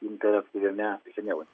interaktyviame žemėlapyje